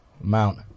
Mount